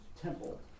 temple